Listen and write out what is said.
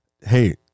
hey